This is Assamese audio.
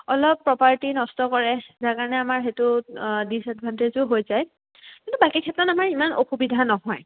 অলপ প্ৰপাৰ্টি নষ্ট কৰে যাৰ কাৰণে আমাৰ সেইটো ডিচএডভানটেজো হৈ যায় কিন্তু বাকী ক্ষেত্ৰত আমাৰ ইমান অসুবিধা নহয়